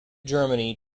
germany